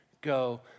go